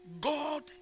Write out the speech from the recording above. God